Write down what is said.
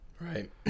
Right